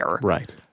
Right